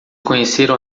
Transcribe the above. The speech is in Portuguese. conheceram